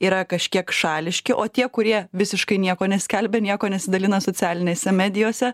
yra kažkiek šališki o tie kurie visiškai nieko neskelbia nieko nesidalina socialinėse medijose